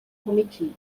cometido